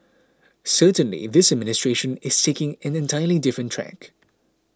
certainly this administration is taking an entirely different tack